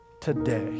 today